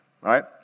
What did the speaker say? right